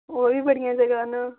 होर बी बड़ियां जगह् न